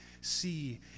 see